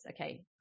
okay